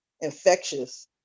infectious